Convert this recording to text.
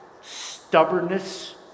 stubbornness